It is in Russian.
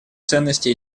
ценности